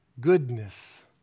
goodness